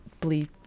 believe